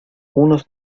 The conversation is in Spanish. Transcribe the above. unos